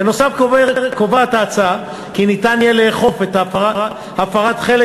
בנוסף קובעת ההצעה כי ניתן יהיה לאכוף את הפרת חלק